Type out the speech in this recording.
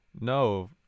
No